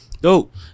Dope